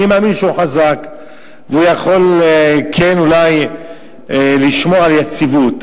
אני מאמין שהוא חזק והוא יכול כן אולי לשמור על יציבות,